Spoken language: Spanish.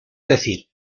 decir